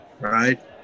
right